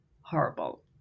horrible